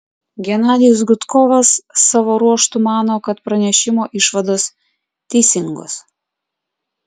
genadijus gudkovas savo ruožtu mano kad pranešimo išvados teisingos